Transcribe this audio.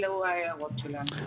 אלו ההערות שלנו.